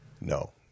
no